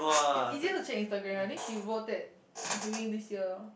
it's easier to check Instagram ah I think she wrote it during this year